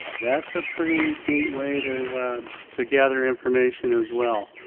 that's a pretty neat way to to gather information as well.